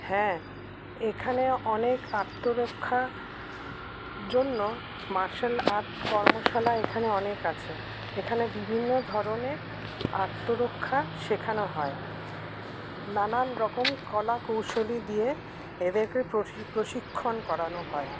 হ্যাঁ এখানে অনেক আত্মরক্ষা জন্য মার্শাল আর্ট কর্মশালা এখানে অনেক আছে এখানে বিভিন্ন ধরনের আত্মরক্ষা শেখানো হয় নানানরকম কলাকৌশলী দিয়ে এদেরকে প্রশিক্ষণ করানো হয়